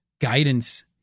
guidance